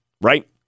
right